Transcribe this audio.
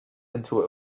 into